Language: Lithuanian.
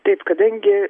taip kadangi